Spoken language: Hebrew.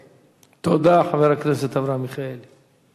תודה, חבר הכנסת אברהם מיכאלי.